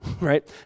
right